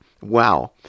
Wow